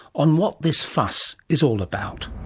on what this fuss is all about.